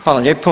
Hvala lijepo.